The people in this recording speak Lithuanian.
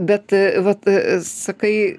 bet vat sakai